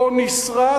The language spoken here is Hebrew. לא נסרט,